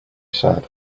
said